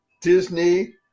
Disney